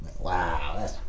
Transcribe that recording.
Wow